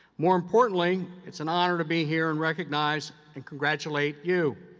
more importantly, it's an honor to be here and recognize and congratulate you,